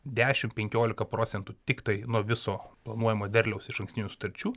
dešimt penkiolika procentų tiktai nuo viso planuojamo derliaus išankstinių sutarčių